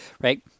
right